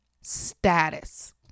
status